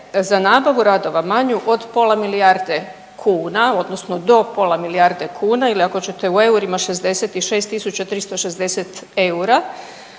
za nabavu radova manju od pola milijarde kuna odnosno do pola milijarde kuna ili ako ćete u eurima, 66 360 eura,